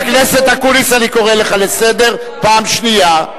חבר הכנסת אקוניס, אני קורא לך לסדר פעם שנייה.